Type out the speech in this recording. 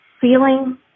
feeling